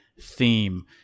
theme